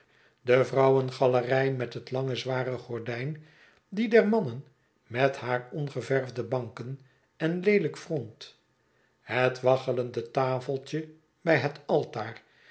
de vrouwen galerij met het lange zware gordijn die der mannen met haar ongeverwde banken en leelijk front het waggelende tafeltje bij het altaar